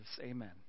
Amen